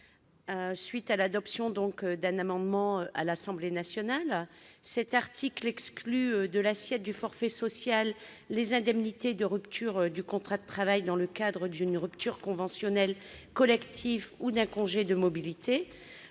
suite de l'adoption d'un amendement à l'Assemblée nationale. Cet article exclut de l'assiette du forfait social les indemnités de rupture du contrat de travail dans le cadre d'une rupture conventionnelle collective ou d'un congé de mobilité.